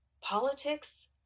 politics